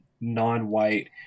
non-white